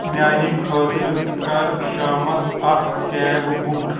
میٛانہِ خٲطرٕ کَر شامَس اَکھ کیب بُک